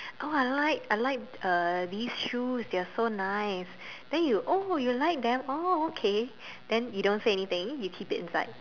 oh I like I like uh these shoes they're so nice then you oh you like them oh okay then you don't say anything you keep it inside